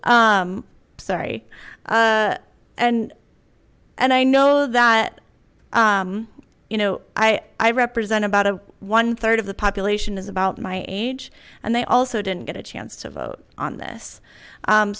sorry and and i know that you know i i represent about a one third of the population is about my age and they also didn't get a chance to vote on this